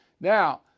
Now